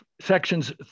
Sections